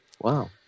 Wow